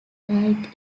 died